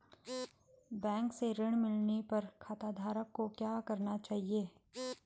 Bank से ऋण मिलने पर खाताधारक को क्या करना चाहिए?